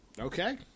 Okay